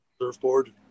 Surfboard